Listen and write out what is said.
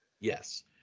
Yes